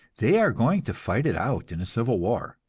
they are going to fight it out in a civil war,